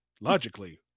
Logically